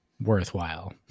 worthwhile